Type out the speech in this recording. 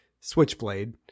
switchblade